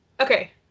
Okay